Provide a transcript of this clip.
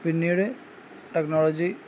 പിന്നീട് ടെക്നോളജി